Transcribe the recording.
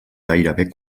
gairebé